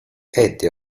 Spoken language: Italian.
eddie